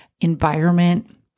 environment